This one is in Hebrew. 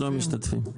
לא משתתפים.